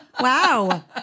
Wow